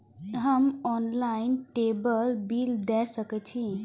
हम online table bill दे सके छी?